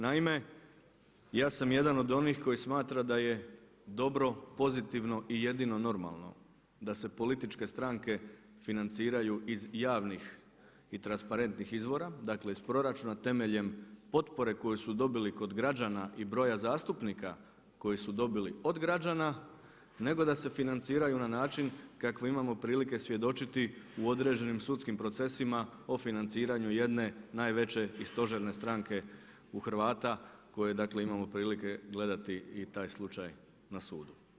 Naime, ja sam jedan od onih koji smatra da je dobro, pozitivno i jedino normalno da se političke stranke financiraju iz javnih i transparentnih izvora dakle iz proračuna temeljem potporu koju su dobili kod građana i broja zastupnika koje su dobili od građana, nego da se financiraju na način kakve imamo prilike svjedočiti u određenim sudskim procesima o financiranju jedne najveće i stožerne stranke u Hrvata koje imamo dakle prilike gledati i taj slučaj na sudu.